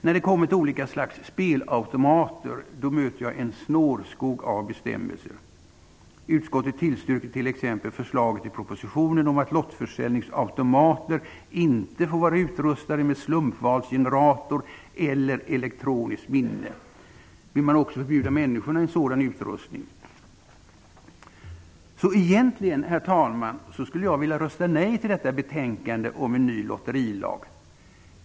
När det gäller frågan om olika slags spelautomater möter jag en snårskog av bestämmelser. Utskottet tillstyrker t.ex. förslaget i propositionen om att lottförsäljningsautomater inte skall få vara utrustade med slumpvalsgenerator eller elektroniskt minne. Vill man också förbjuda människorna en sådan utrustning? Egentligen, herr talman, skulle jag vilja rösta nej till förslaget om en ny lotterilag i detta betänkande.